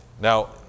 Now